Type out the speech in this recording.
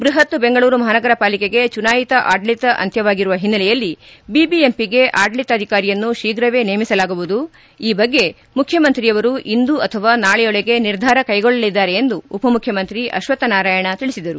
ಬೃಹತ್ ಬೆಂಗಳೂರು ಮಹಾನಗರ ಪಾಲಿಕೆಗೆ ಚುನಾಯಿತ ಆಡಳತ ಅಂತ್ಯವಾಗಿರುವ ಹಿನ್ನೆಲೆಯಲ್ಲಿ ಬಿಬಿಎಂಪಿಗೆ ಆಡಳಿತಾಧಿಕಾರಿಯನ್ನು ಶೀಘವೇ ನೇಮಿಸಲಾಗುವುದು ಈ ಬಗ್ಗೆ ಮುಖ್ಯಮಂತ್ರಿಯವರು ಇಂದು ಅಥವಾ ನಾಳೆಯೊಳಗೆ ನಿರ್ಧಾರ ಕೈಗೊಳ್ಳಲಿದ್ದಾರೆ ಎಂದು ಉಪಮುಖ್ಯಮಂತ್ರಿ ಅಶ್ವತ್ತನಾರಾಯಣ ತಿಳಿಸಿದರು